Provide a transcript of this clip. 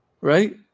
Right